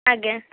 ଆଜ୍ଞା